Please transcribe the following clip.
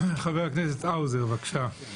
חבר הכנסת האוזר, בבקשה.